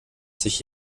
sich